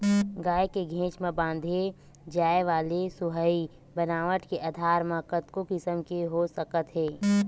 गाय के घेंच म बांधे जाय वाले सोहई बनावट के आधार म कतको किसम के हो सकत हे